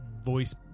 voice